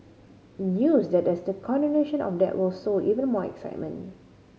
and use that there's continuation of that will sow even more excitement